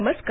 नमस्कार